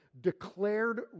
declared